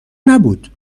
نبود